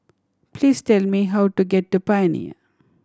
please tell me how to get to Pioneer